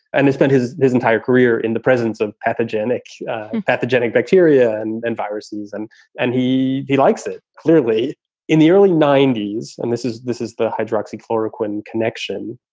and he spent his his entire career in the presence of pathogenic pathogenic bacteria and and viruses. and and he he likes it clearly in the early ninety s. and this is this is the hydroxy chloroquine connection